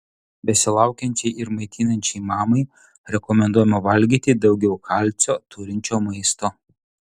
besilaukiančiai ir maitinančiai mamai rekomenduojama valgyti daugiau kalcio turinčio maisto